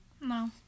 no